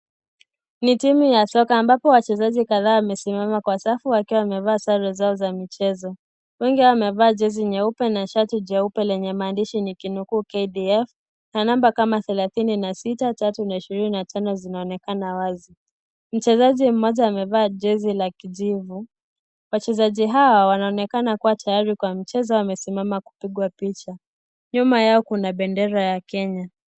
Ni timu ya soka ambapo wachezaji kadhaa wamesimama kwa safu wakiwa wamevaa sare zao za michezo, wengi hao wamevaa jezi nyeupe na shati jeupe lenye maandishi niki nukuu KDF na namba kama thelatini na sita tatu na ishirini na tano zinaonekana wazi, mchezaji mmoja amevaa jezi la kijivu wachezaji hawa wanaonekana kuwa tayari kwa mchezo wamesimama kupigwa picha nyuma yao kuna bendera ya Kenya.